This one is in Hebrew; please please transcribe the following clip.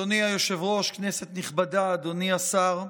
אדוני היושב-ראש, כנסת נכבדה, אדוני השר,